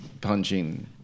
punching